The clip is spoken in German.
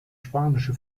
spanische